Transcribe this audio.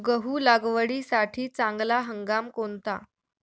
गहू लागवडीसाठी चांगला हंगाम कोणता?